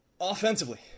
Offensively